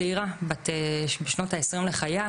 צעירה בשנות העשרים לחייה,